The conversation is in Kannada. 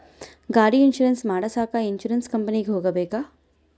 ಗಾಡಿ ಇನ್ಸುರೆನ್ಸ್ ಮಾಡಸಾಕ ಇನ್ಸುರೆನ್ಸ್ ಕಂಪನಿಗೆ ಹೋಗಬೇಕಾ?